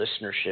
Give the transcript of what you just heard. listenership